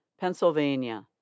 Pennsylvania